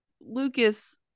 Lucas